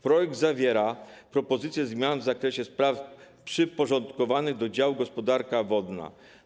Projekt zawiera propozycję zmian w zakresie spraw przyporządkowanych działowi gospodarka wodna.